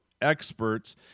experts